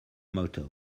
motto